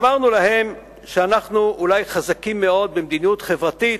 אמרנו להם שאנחנו אולי חזקים מאוד במדיניות חברתית,